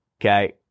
Okay